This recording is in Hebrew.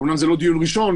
אומנם זה לא דיון ראשון,